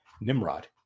Nimrod